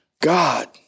God